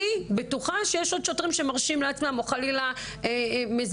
אני בטוחה שיש שוטרים שמרשים לעצמם או חלילה מזלזלים,